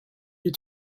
you